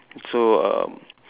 so um